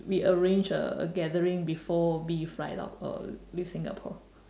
we arrange a a gathering before B fly out uh leave singapore